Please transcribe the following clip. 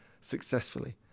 successfully